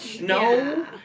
No